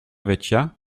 vecchia